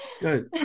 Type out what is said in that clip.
good